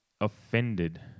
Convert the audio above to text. offended